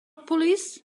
police